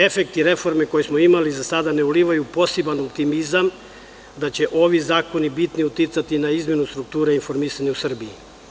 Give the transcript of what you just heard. Efekti reforme koju smo imali za sada ne ulivaju poseban optimizam, da će ovi zakoni bitnije uticati na izmenu strukture informisanja u Srbiji.